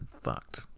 Fucked